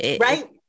Right